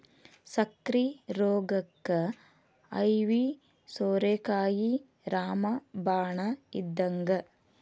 ಸಕ್ಕ್ರಿ ರೋಗಕ್ಕ ಐವಿ ಸೋರೆಕಾಯಿ ರಾಮ ಬಾಣ ಇದ್ದಂಗ